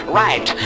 right